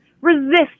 Resist